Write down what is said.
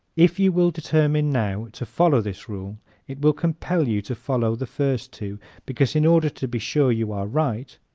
if you will determine now to follow this rule it will compel you to follow the first two because, in order to be sure you are right,